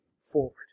forward